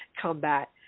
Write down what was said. combat